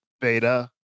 beta